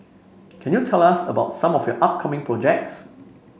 can you tell us about some of your upcoming projects